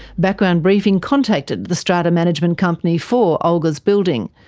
background briefing contacted the strata management company for olga's building.